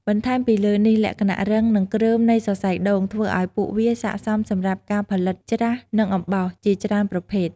បន្ថែមពីលើនេះលក្ខណៈរឹង និងគ្រើមនៃសរសៃដូង ធ្វើឱ្យពួកវាស័ក្តិសមសម្រាប់ការផលិតច្រាស និងអំបោស ជាច្រើនប្រភេទ។